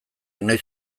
noiz